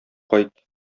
кайт